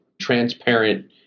transparent